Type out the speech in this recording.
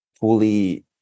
fully